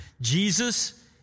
Jesus